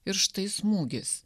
ir štai smūgis